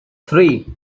three